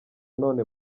none